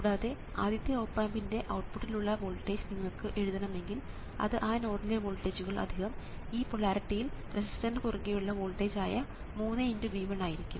കൂടാതെ ആദ്യത്തെ ഓപ് ആമ്പിൻറെ ഔട്ട്പുട്ടിൽ ഉള്ള വോൾട്ടേജ് നിങ്ങൾക്ക് എഴുതണമെങ്കിൽ അത് ആ നോഡിലെ വോൾട്ടേജുകൾ ഈ പോളാരിറ്റിയിൽ റെസിസ്റ്ററിനു കുറുകെ ഉള്ള വോൾട്ടേജ് ആയ 3 × V1 ആയിരിക്കും